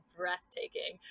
breathtaking